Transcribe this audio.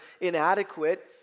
inadequate